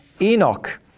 Enoch